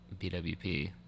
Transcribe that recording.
BWP